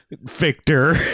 Victor